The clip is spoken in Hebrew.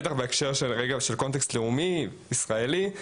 בטח בהקשר של Contest לאומי ישראלי.